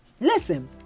Listen